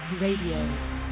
Radio